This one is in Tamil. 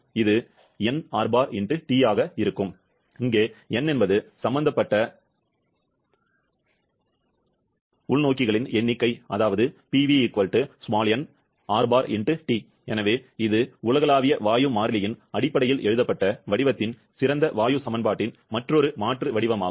இது இருக்கும் எங்கே n என்பது சம்பந்தப்பட்ட உளவாளிகளின் எண்ணிக்கை அதாவது எனவே இது உலகளாவிய வாயு மாறிலியின் அடிப்படையில் எழுதப்பட்ட வடிவத்தின் சிறந்த வாயு சமன்பாட்டின் மற்றொரு மாற்று வடிவமாகும்